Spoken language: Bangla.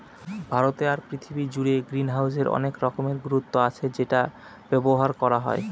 ভারতে আর পৃথিবী জুড়ে গ্রিনহাউসের অনেক রকমের গুরুত্ব আছে সেটা ব্যবহার করা হয়